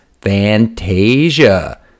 Fantasia